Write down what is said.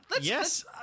Yes